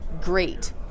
great